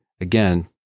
Again